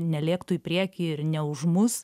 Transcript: nelėktų į priekį ir ne už mus